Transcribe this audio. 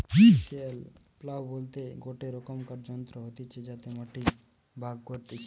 chisel plough বলতে গটে রকমকার যন্ত্র হতিছে যাতে মাটি ভাগ করতিছে